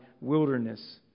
wilderness